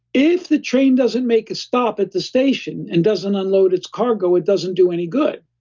if the train doesn't make a stop at the station, and doesn't unload its cargo, it doesn't do any good.